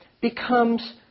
becomes